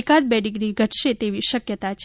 એકાદ બે ડિગ્ર ઘટશે તેવી શક્યતા છે